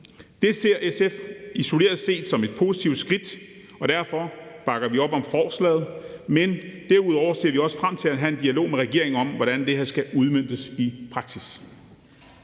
Det ser SF isoleret set som et positivt skridt, og derfor bakker vi op om forslaget. Men derudover ser vi også frem til at have en dialog med regeringen om, hvordan det her skal udmøntes i praksis.